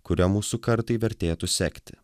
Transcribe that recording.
kuria mūsų kartai vertėtų sekti